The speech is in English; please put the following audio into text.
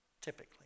typically